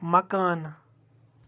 مکانہٕ